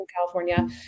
California